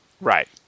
Right